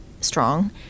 strong